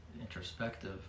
introspective